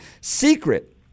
secret